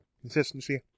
consistency